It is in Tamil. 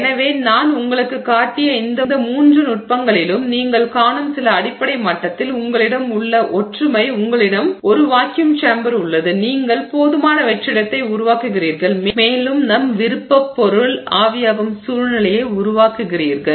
எனவே நான் உங்களுக்குக் காட்டிய இந்த மூன்று நுட்பங்களிலும் நீங்கள் காணும் சில அடிப்படை மட்டத்தில் உங்களிடம் உள்ள ஒற்றுமை உங்களிடம் ஒரு வாக்யும் சேம்பர் உள்ளது நீங்கள் போதுமான வெற்றிடத்தை உருவாக்குகிறீர்கள் மேலும் நம் விருப்பப் பொருள் ஆவியாகும் சூழ்நிலையை உருவாக்குகிறீர்கள்